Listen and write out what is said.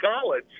college